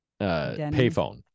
payphone